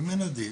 ומן הדין,